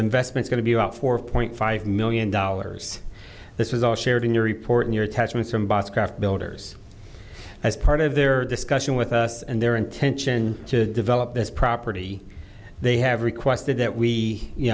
investment going to be about four point five million dollars this is all shared in your report in your attachments from boss craft builders as part of their discussion with us and their intention to develop this property they have requested that we